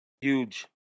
Huge